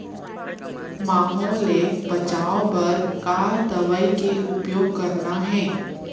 माहो ले बचाओ बर का दवई के उपयोग करना हे?